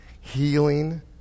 healing